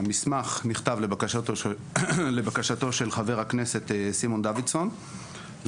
המסמך נכתב לבקשתו של חבר הכנסת סימון דוידסון.